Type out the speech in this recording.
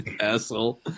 Asshole